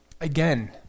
Again